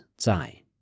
zai